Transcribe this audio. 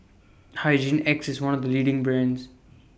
Hygin X IS one of The leading brands